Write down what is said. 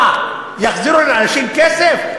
מה, יחזירו לאנשים כסף?